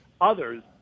others